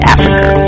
Africa